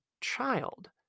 child